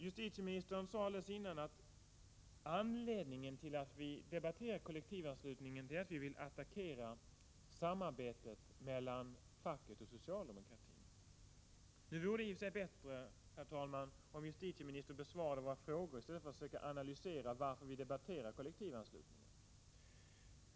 Justitieministern sade nyss att anledningen till att vi debatterar kollektivanslutningen är att vi vill attackera samarbetet mellan facket och socialdemokratin. Det vore givetvis bättre, herr talman, om justitieministern besvarade våra frågor i stället för att försöka analysera varför vi debatterar kollektivanslutningen.